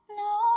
no